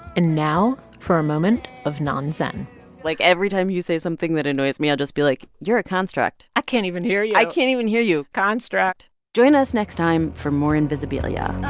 and now for a moment of non-zen like, every time you say something that annoys me, i'll just be like, you're a construct i can't even hear you i can't even hear you construct join us next time for more invisibilia